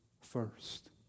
first